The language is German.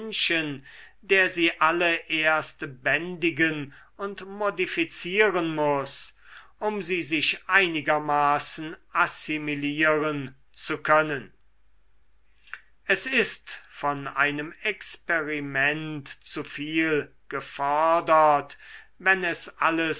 der sie alle erst bändigen und modifizieren muß um sie sich einigermaßen assimilieren zu können es ist von einem experiment zu viel gefordert wenn es